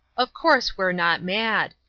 of course we're not mad.